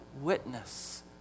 witness